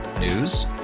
News